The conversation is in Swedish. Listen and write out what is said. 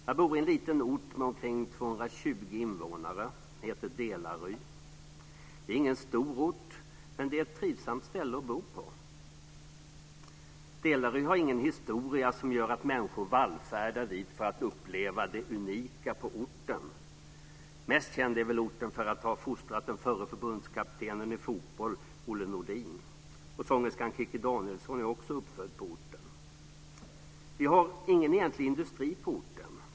Jag bor i en liten ort med omkring 220 invånare. Den heter Delary. Det är ingen stor ort, men det är ett trivsamt ställe att bo på. Delary har ingen historia som gör att människor vallfärdar dit för att uppleva det unika på orten. Mest känd är väl orten för att ha fostrat den förre förbundskaptenen i fotboll, Olle Nordin. Sångerskan Kikki Danielsson har också vuxit upp på orten. Vi har ingen egentlig industri på orten.